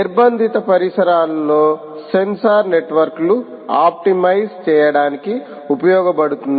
నిర్బంధిత పరిసరాల్లో సెన్సార్ నెట్వర్క్లు ఆప్టిమైజ్ చేయడానికి ఉపయోగపడుతుంది